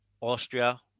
Austria